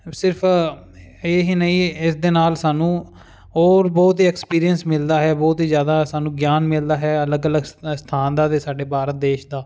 ਸਿਰਫ ਇਹੀ ਨਹੀਂ ਇਸ ਦੇ ਨਾਲ ਸਾਨੂੰ ਹੋਰ ਬਹੁਤ ਹੀ ਐਕਸਪੀਰੀਅੰਸ ਮਿਲਦਾ ਹੈ ਬਹੁਤ ਹੀ ਜ਼ਿਆਦਾ ਸਾਨੂੰ ਗਿਆਨ ਮਿਲਦਾ ਹੈ ਅਲੱਗ ਅਲੱਗ ਸਥਾਨ ਦਾ ਅਤੇ ਸਾਡੇ ਭਾਰਤ ਦੇਸ਼ ਦਾ